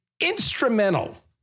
instrumental